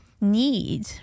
need